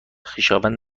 خویشاوند